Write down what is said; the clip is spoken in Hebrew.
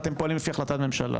אתם פועלים על פי החלטת ממשלה,